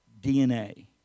DNA